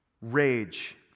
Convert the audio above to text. Rage